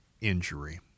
injury